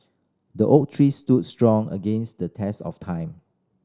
the oak tree stood strong against the test of time